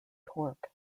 torque